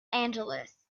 angeles